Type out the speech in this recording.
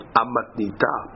amatnita